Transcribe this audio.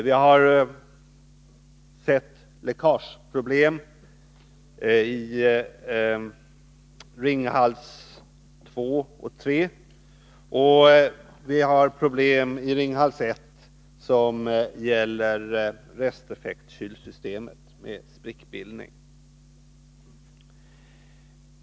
Vi har sett läckageproblem i Ringhals 2 och 3, och vi har problem med resteffektkylsystemet i Ringhals 1 på grund av sprickbildning.